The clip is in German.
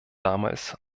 damals